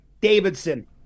Davidson